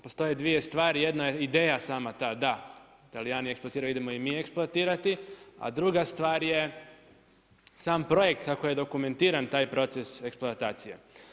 Postoje dvije stvari, jedna je ideja sama ta da Talijani eksploatiraju, idemo i mi eksploatirati, a druga stvar je sam projekt kako je dokumentiran taj proces eksploatacije.